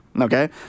Okay